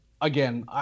again